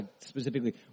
specifically